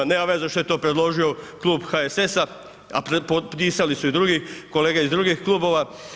Nema veze što je to predložio Klub HSS-a, a potpisali su i drugi kolege iz drugih klubova.